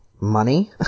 money